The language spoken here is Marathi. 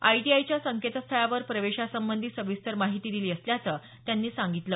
आयटीआयच्या संकेतस्थळावर प्रवेशासंबंधी सविस्तर माहिती दिली असल्याचं त्यांनी सांगितलं